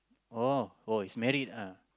oh oh he's married ah